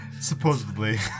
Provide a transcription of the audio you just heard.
Supposedly